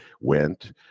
went